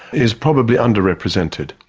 is probably underrepresented.